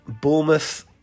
Bournemouth